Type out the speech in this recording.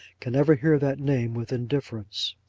can ever hear that name with indifference.